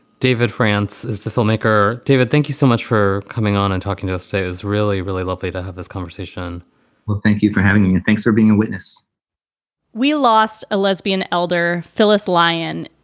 david, france is the filmmaker. david, thank you so much for coming on and talking to us today is really, really lovely to have this conversation well, thank you for having and me. thanks for being a witness we lost a lesbian elder, phyllis lyon,